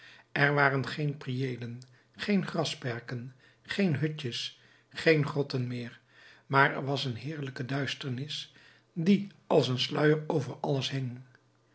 er waren geen priëelen geen grasperken geen hutjes geen grotten meer maar er was een heerlijke duisternis die als een sluier over alles hing